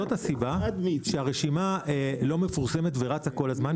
זאת הסיבה שהרשימה לא מפורסמת ורצה כל הזמן,